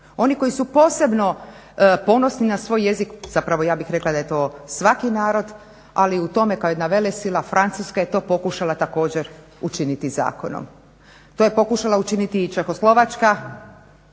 Oni koji su posebno ponosni na svoj jezik, zapravo ja bih rekla da je to svaki narod, ali u tome kao jedna velesila Francuska je to pokušala također učiniti zakonom. To je pokušala učiniti i Češka i Slovačka